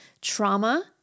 trauma